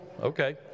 Okay